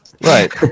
Right